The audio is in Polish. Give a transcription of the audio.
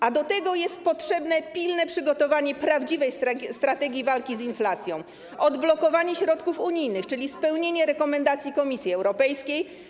A do tego jest potrzebne pilne przygotowanie prawdziwej strategii walki z inflacją, odblokowanie środków unijnych, czyli spełnienie rekomendacji Komisji Europejskiej.